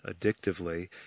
addictively